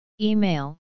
Email